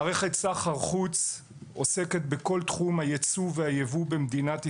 מערכת סחר חוץ עוסקת בכל תחום היצוא והיבוא במדינת ישראל: